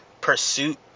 pursuit